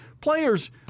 players